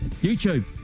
YouTube